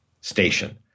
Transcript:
station